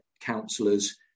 councillors